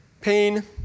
Pain